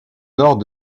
nord